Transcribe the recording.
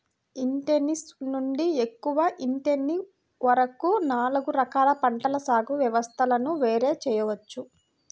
intensive నుండి ఎక్కువ intensive వరకు నాలుగు రకాల పంటల సాగు వ్యవస్థలను వేరు చేయవచ్చు